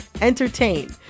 entertain